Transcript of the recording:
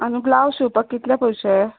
आनी ब्लाउज शिवपाक कितले पयशे